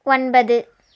ஒன்பது